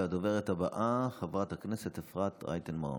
והדוברת הבאה, חברת הכנסת אפרת רייטן מרום.